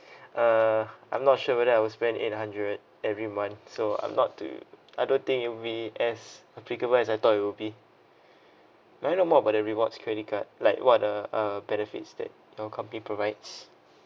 uh I'm not sure whether I will spend eight hundred every month so I'm not too I don't think it'll be as applicable as I thought it'll be may I know more about the rewards credit card like what are the uh benefits that your company provides